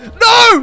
No